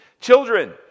children